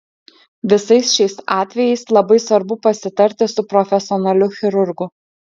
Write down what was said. visais šiais atvejais labai svarbu pasitarti su profesionaliu chirurgu